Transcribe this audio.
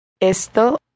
Esto